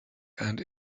and